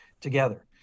together